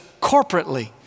corporately